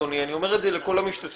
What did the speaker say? אדוני אלא אני אומר את זה לכל המשתתפים